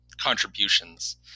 contributions